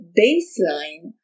baseline